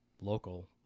local